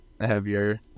heavier